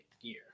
year